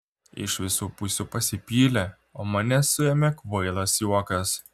iš visų pusių pasipylė o mane suėmė kvailas juokas